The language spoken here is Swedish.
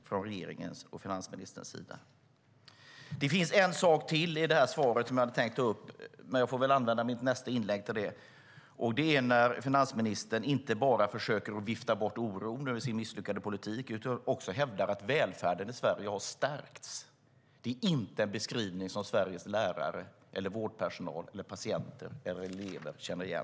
Det finns en sak till i interpellationssvaret som jag hade tänkt ta upp - jag får väl använda nästa inlägg till det - och det är att finansministern inte bara försöker vifta bort oron över sin misslyckade politik utan också hävdar att välfärden i Sverige har stärkts. Det är inte en beskrivning som Sveriges lärare, vårdpersonal, patienter eller elever känner igen.